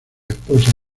esposa